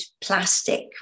plastic